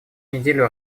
неделю